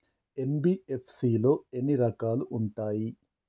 NBFC లో ఎన్ని రకాలు ఉంటాయి?